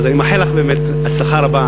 אני מאחל לך הצלחה רבה,